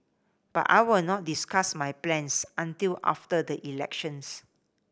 but I will not discuss my plans until after the elections